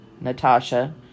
Natasha